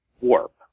warp